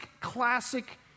classic